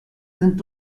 sind